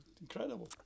Incredible